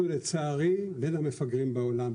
אנחנו לצערי בין המפגרים בעולם,